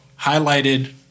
highlighted